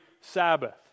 Sabbath